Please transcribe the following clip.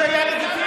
זה היה לגיטימי.